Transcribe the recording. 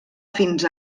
fins